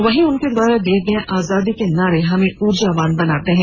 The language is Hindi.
वहीं उनके द्वारा दिये गए आजादी के नारे हमें ऊर्जावान बनाते हैं